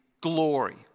glory